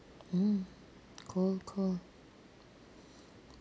mm cool cool